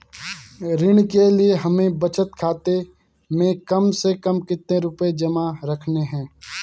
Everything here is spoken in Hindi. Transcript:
ऋण के लिए हमें बचत खाते में कम से कम कितना रुपये जमा रखने हैं?